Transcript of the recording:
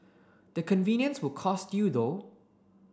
the convenience will cost you though